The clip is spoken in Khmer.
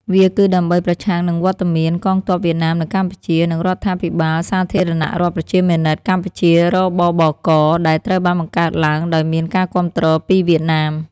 វាគឺដើម្បី ប្រឆាំងនឹងវត្តមានកងទ័ពវៀតណាមនៅកម្ពុជា និងរដ្ឋាភិបាលសាធារណរដ្ឋប្រជាមានិតកម្ពុជា រ.ប.ប.ក. ដែលត្រូវបានបង្កើតឡើងដោយមានការគាំទ្រពីវៀតណាម ។